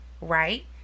right